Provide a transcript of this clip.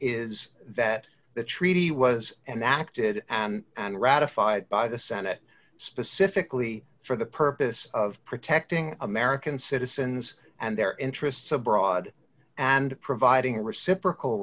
is that the treaty was enacted and ratified by the senate specifically for the purpose of protecting american citizens and their interests abroad and providing reciprocal